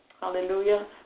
Hallelujah